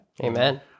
Amen